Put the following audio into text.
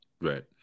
Right